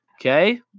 Okay